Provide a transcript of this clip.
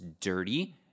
dirty